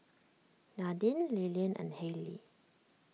Nadine Lilian and Hailey